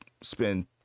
spend